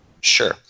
Sure